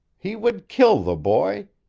he would kill the boy.